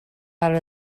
out